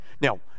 now